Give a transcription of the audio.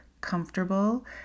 comfortable